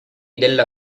della